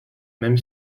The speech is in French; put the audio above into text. même